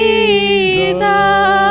Jesus